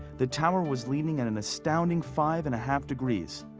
the tower was leaning at an astounding five and a half degrees,